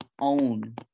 own